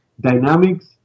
dynamics